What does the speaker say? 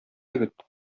егет